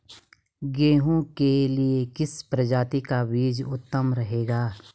गेहूँ के लिए किस प्रजाति का बीज उत्तम रहेगा?